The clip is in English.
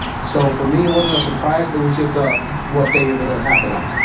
so for me it wasn't a surprise, it was just ah what day is it gonna happen on?